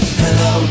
hello